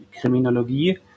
Kriminologie